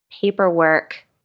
paperwork